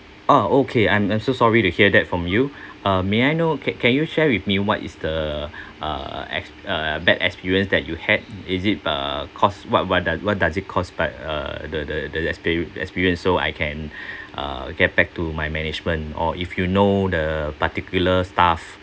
ah okay I'm I'm so sorry to hear that from you uh may I know can can you share with me what is the uh exp~ uh bad experience that you had is it uh cause what what does what does it caused by uh the the the expe~ experience so I can uh get back to my management or if you know the particular staff